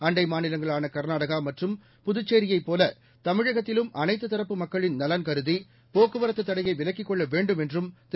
அண்டை மாநிலங்களான கர்நாடகா மற்றும் புதுச்சேரியைப் போல தமிழகத்திலும் அனைத்து தரப்பு மக்களின் நலன்கருதி போக்குவரத்து தடையை விலக்கிக் கொள்ள வேண்டும் என்றும் திரு